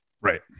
Right